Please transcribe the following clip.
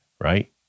right